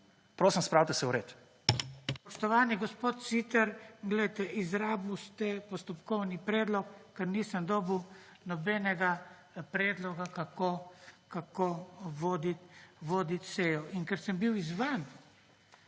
Prosim, spravite se v red.